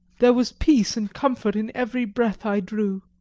there was peace and comfort in every breath i drew.